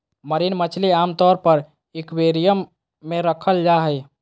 marine मछली आमतौर पर एक्वेरियम मे रखल जा हई